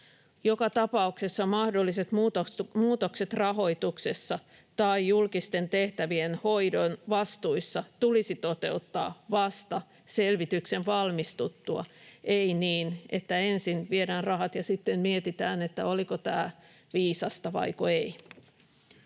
Joka tapauksessa mahdolliset muutokset rahoituksessa tai julkisten tehtävien hoidon vastuissa tulisi toteuttaa vasta selvityksen valmistuttua — ei niin, että ensin viedään rahat ja sitten mietitään, oliko tämä viisasta vaiko ei.